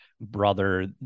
brother